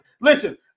Listen